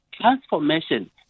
Transformation